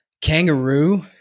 Kangaroo